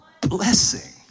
blessing